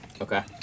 Okay